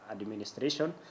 administration